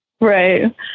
Right